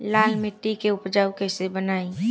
लाल मिट्टी के उपजाऊ कैसे बनाई?